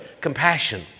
compassion